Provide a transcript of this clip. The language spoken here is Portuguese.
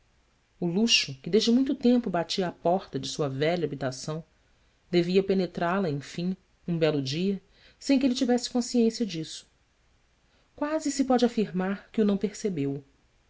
o luxo que desde muito tempo batia à porta de sua velha habitação devia penetrá la enfim um belo dia sem que ele tivesse consciência disso quase se pode afirmar que o não percebeu